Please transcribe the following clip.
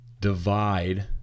divide